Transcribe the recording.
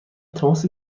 تماس